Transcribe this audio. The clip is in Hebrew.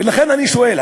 ולכן אני שואל,